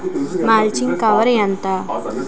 Mulching cover ఎంత?